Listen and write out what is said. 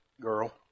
girl